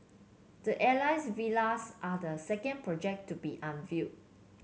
the Alias Villas are the second project to be unveiled